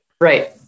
Right